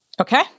Okay